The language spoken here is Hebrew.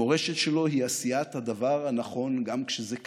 המורשת שלו היא עשיית הדבר הנכון גם כשזה קשה.